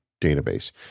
database